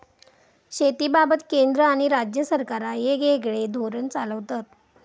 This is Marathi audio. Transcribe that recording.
शेतीबाबत केंद्र आणि राज्य सरकारा येगयेगळे धोरण चालवतत